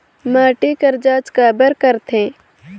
माटी कर जांच काबर करथे?